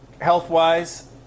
Health-wise